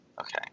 okay